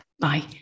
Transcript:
Bye